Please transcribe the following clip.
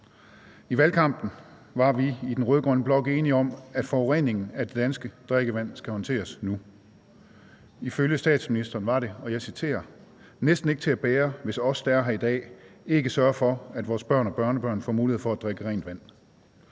I valgkampen var vi i den rød-grønne blok enige om, at forureningen af det danske drikkevand skal håndteres nu. Ifølge statsministeren var det, og jeg citerer, næsten ikke til at bære, hvis os, der er her i dag, ikke sørger for, at vores børn og børnebørn får mulighed for at drikke rent vand.